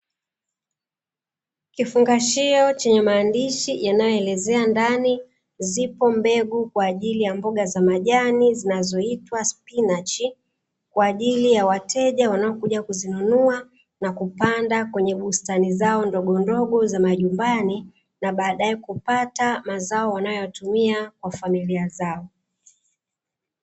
Kifungashio chenye maandishi yanayoelezea ndani zipo mbegu kwa ajili ya mboga za majani zinazoitwa spinachi, kwa ajili ya wateja wanaokuja kuzinunua na kupanda kwenye bustani zao ndogondogo za majumbani na baadae kupata mazao wanayoyatumia kwa familia zao.